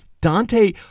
dante